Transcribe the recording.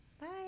bye